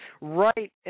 right